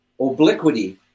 obliquity